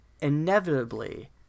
inevitably